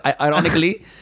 ironically